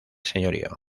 señorío